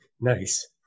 Nice